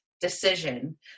decision